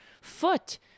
foot